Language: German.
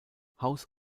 haus